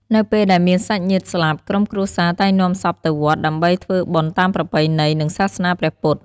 នៅពេលដែលមានសាច់ញាតិស្លាប់ ក្រុមគ្រួសារតែងនាំសពទៅវត្ត ដើម្បីធ្វើបុណ្យតាមប្រពៃណី និងសាសនាព្រះពុទ្ធ។